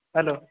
hello